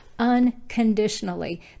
unconditionally